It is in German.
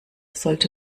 sollte